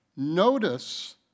Notice